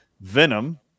Venom